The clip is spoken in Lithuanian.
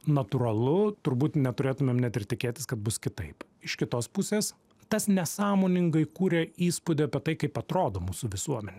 natūralu turbūt neturėtumėm net ir tikėtis kad bus kitaip iš kitos pusės tas nesąmoningai kūrė įspūdį apie tai kaip atrodo mūsų visuomenė